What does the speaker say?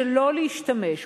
שלא להשתמש,